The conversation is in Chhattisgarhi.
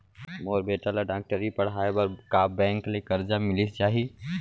मोर बेटा ल डॉक्टरी पढ़ाये बर का बैंक ले करजा मिलिस जाही?